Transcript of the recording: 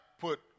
put